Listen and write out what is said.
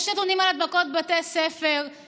יש נתונים על הדבקות בבתי ספר,